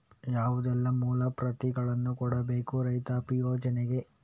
ಯಾವುದೆಲ್ಲ ಮೂಲ ಪ್ರತಿಗಳನ್ನು ಕೊಡಬೇಕು ರೈತಾಪಿ ಯೋಜನೆಗೆ?